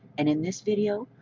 and in this video,